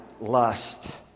lust